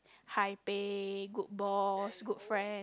high pay good boss good friend